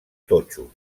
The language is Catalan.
totxo